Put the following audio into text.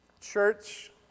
church